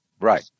Right